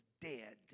dead